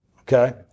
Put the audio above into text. Okay